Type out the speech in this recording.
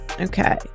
Okay